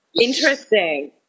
Interesting